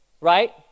right